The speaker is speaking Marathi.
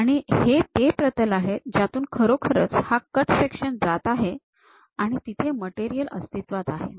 आणि हे ते प्रतल आहे ज्यातून खरोखरच हा कट सेक्शन जात आहे आणि तिथे मटेरियल अस्तित्वात आहे